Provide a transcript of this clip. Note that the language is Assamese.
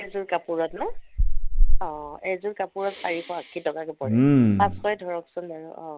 এযোৰ কাপোৰত ন অঁ এযোৰ কাপোৰত চাৰিশ আশী টকাকৈ পৰে পাঁচশই ধৰকচোন বাৰু অঁ